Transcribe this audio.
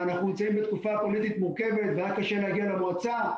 אנחנו נמצאים בתקופה פוליטית מורכבת מאוד והיה קשה להגיע למועצה.